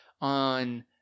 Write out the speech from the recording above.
on